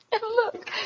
Look